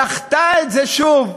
דחתה את זה שוב.